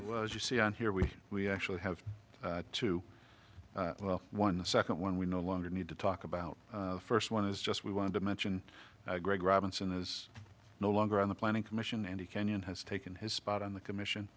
staff was you see on here we we actually have two well one the second one we no longer need to talk about first one is just we wanted to mention greg robinson is no longer on the planning commission and he kenyon has taken his spot on the commission